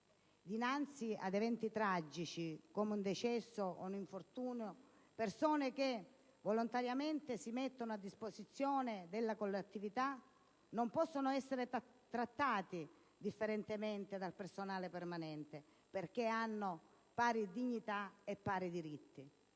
Dinanzi ad eventi tragici come un decesso ed un infortunio, le persone che volontariamente si mettono a disposizione della collettività non possono essere trattate differentemente dal personale permanente, perché hanno pari dignità e pari diritti.